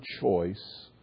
choice